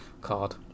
card